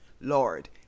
Lord